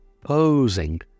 posing